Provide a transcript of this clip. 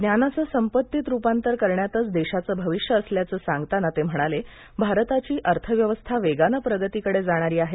ज्ञानाचे संपत्तीत रूपांतर करण्यातच देशाचे भविष्य असल्याचं सांगताना ते म्हणाले की भारताची अर्थव्यवस्था वेगाने प्रगतीकडे जाणारी आहे